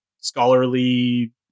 scholarly